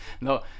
No